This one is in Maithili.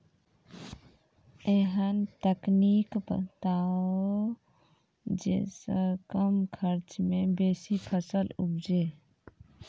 ऐहन तकनीक बताऊ जै सऽ कम खर्च मे बेसी फसल उपजे?